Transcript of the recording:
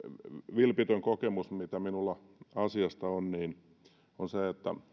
vilpitön kokemus mitä minulla asiasta on on se